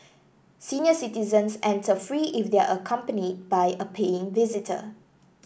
senior citizens enter free if they are accompanied by a paying visitor